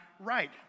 right